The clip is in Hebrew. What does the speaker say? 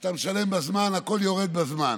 אתה משלם בזמן, הכול יורד בזמן,